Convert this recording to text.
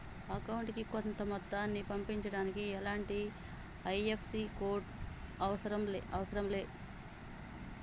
అకౌంటుకి కొంత మొత్తాన్ని పంపించడానికి ఎలాంటి ఐ.ఎఫ్.ఎస్.సి కోడ్ లు అవసరం లే